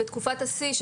בתקופת השיא.